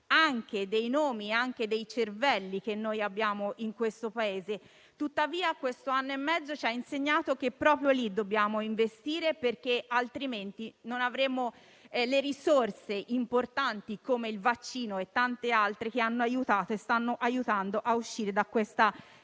dei nomi, dei cervelli che abbiamo in questo Paese. Tuttavia, questo anno e mezzo ci ha insegnato che proprio lì dobbiamo investire perché altrimenti non avremo risorse importanti come il vaccino e tante altre che ci hanno aiutato e stanno aiutando a uscire da questa gravissima